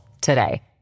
today